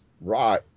right